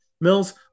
Mills